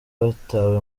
batawe